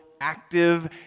active